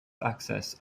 access